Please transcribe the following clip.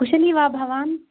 कुशली वा भवान्